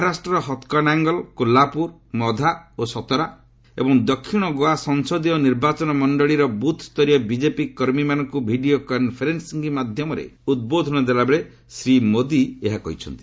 ମହାରାଷ୍ଟ୍ରର ହତ୍କନାଙ୍ଗଲ୍ କୋଲ୍ଲୁପୁର ମଧା ଓ ସତରା ଏବଂ ଦକ୍ଷିଣ ଗୋଆ ସଂସଦୀୟ ନିର୍ବାଚନ ମଣ୍ଡଳୀର ବୁଥ୍ୟରୀୟ ବିଜେପି କର୍ମୀମାନଙ୍କୁ ଭିଡିଓ କନ୍ଫରେନ୍ବିଂ ମାଧ୍ୟମରେ ଉଦ୍ବୋଧନଦେଲାବେଳେ ଶ୍ରୀ ମୋଦି ଏହା କହିଛନ୍ତି